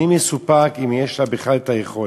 אני מסופק אם יש לה בכלל היכולת.